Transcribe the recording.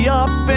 up